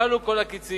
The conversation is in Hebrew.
משכלו כל הקצין